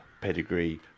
pedigree